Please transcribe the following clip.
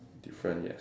different yes